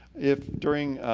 if during,